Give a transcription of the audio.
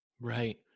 Right